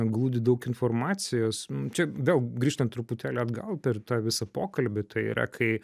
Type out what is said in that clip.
glūdi daug informacijos čia vėl grįžtant truputėlį atgal per tą visą pokalbį tai yra kai